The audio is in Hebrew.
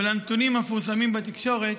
ולנתונים המפורסמים בתקשורת